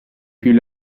più